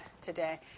today